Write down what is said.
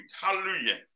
hallelujah